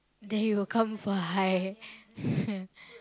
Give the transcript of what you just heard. then you will come for hi